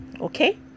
okay